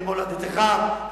למולדתך,